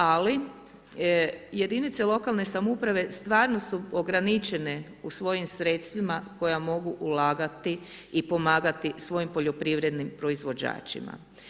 Ali jedinice lokalne samouprave stvarno su ograničene u svojim sredstvima koja mogu ulagati i pomagati svojim poljoprivrednim proizvođačima.